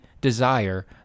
desire